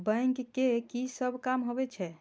Bank के की सब काम होवे छे?